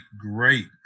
great